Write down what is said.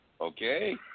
Okay